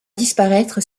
disparaître